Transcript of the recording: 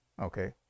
Okay